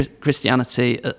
Christianity